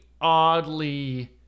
oddly